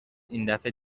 ایندفعه